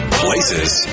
places